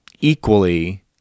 equally